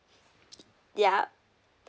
yup